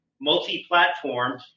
multi-platform